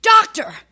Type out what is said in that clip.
Doctor